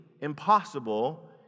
impossible